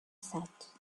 set